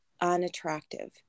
unattractive